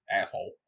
asshole